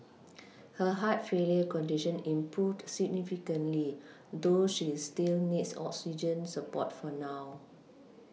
her heart failure condition improved significantly though she is still needs oxygen support for now